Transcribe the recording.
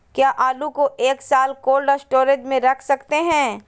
क्या आलू को एक साल कोल्ड स्टोरेज में रख सकते हैं?